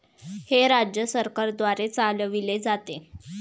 हे राज्य सरकारद्वारे चालविले जाते